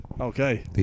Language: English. Okay